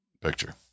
picture